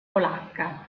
polacca